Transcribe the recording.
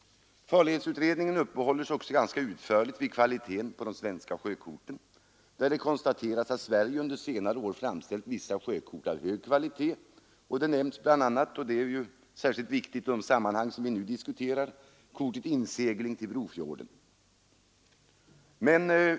Farledsutredningen uppehåller sig också ganska utförligt vid kvaliteten på de svenska sjökorten. Det konstateras att Sverige under senare år framställt vissa sjökort av hög kvalitet; bl.a. nämns, vilket är särskilt betydelsefullt i det sammanhang vi nu diskuterar, kortet Insegling till Brofjorden.